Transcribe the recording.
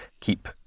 keep